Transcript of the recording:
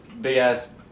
big-ass